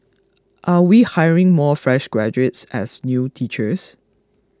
are we hiring more fresh graduates as new teachers